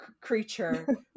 creature